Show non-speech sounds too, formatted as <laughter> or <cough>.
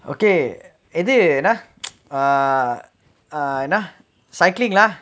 okay இது என்னா:ithu enna <noise> ah என்னா:enna cycling lah